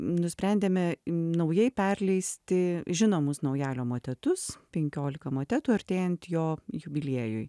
nusprendėme naujai perleisti žinomus naujalio motetus penkiolika motetų artėjant jo jubiliejui